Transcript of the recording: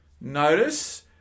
Notice